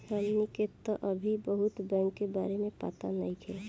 हमनी के तऽ अभी बहुत बैंक के बारे में पाता नइखे